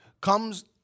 Comes